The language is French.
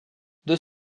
deux